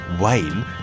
Wayne